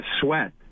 sweat